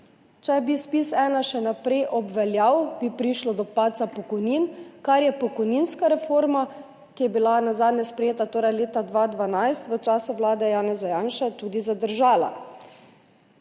če bi ZPIZ-1 še naprej obveljal, bi prišlo do padca pokojnin, kar je pokojninska reforma, ki je bila nazadnje sprejeta leta 2012, v času vlade Janeza Janše, tudi zadržala.